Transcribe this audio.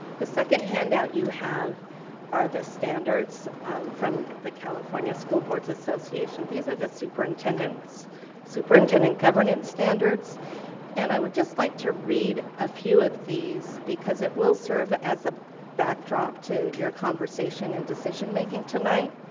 the second handout you have are the standards from the california school board's association. these are the superintendent superintendent governance standards and i would just like to read a few of these because it will serve as a back drop to your conversation and decision making tonight.